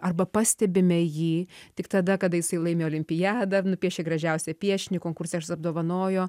arba pastebime jį tik tada kada jisai laimi olimpiadą nupiešė gražiausią piešinį konkurse apdovanojo